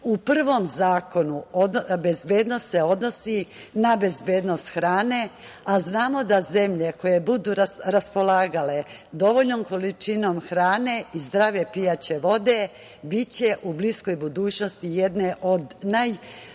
U prvom zakonu bezbednost se odnosi na bezbednost hrane, a znamo da zemlje koje budu raspolagale dovoljnom količinom hrane i zdrave pijaće vode biće u bliskoj budućnosti jedne od najbezbednijih